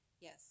Yes